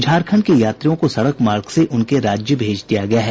झारखंड के यात्रियों को सड़क मार्ग से उनके राज्य भेज दिया गया है